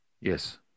Yes